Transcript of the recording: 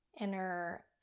inner